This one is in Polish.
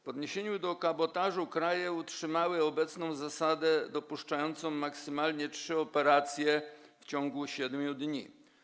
W odniesieniu do kabotażu kraje utrzymały obecną zasadę dopuszczającą maksymalnie trzy operacje w ciągu 7 dni.